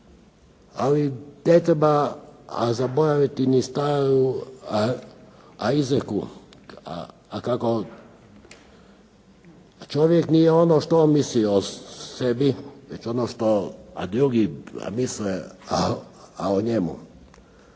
Ali ne treba zaboraviti ni staru izreku kako čovjek nije ono što misli o sebi već ono što drugi misle o njemu.